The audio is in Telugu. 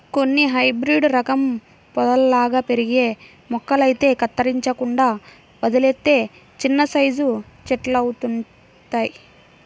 కొన్ని హైబ్రేడు రకం పొదల్లాగా పెరిగే మొక్కలైతే కత్తిరించకుండా వదిలేత్తే చిన్నసైజు చెట్టులంతవుతయ్